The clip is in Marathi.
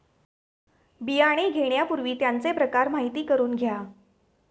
बियाणे घेण्यापूर्वी त्यांचे प्रकार माहिती करून घ्या